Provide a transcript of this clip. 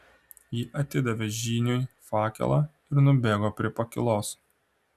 ji atidavė žyniui fakelą ir nubėgo prie pakylos